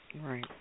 Right